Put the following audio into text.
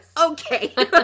okay